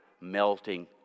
melting